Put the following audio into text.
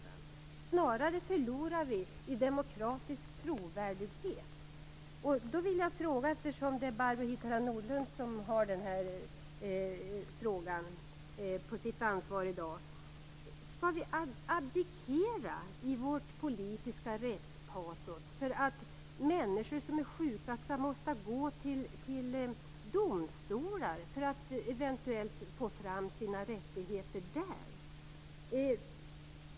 Snarare förlorar vi i demokratisk trovärdighet. Jag vill fråga Barbro Hietala Nordlund, eftersom det är hon som har den här frågan på sitt ansvar i dag: Skall vi i vårt politiska rättspatos abdikera för att människor som är sjuka skall tvingas gå till domstolar för att eventuellt få sin rättigheter där?